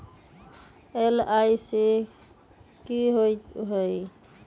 LIC की होअ हई?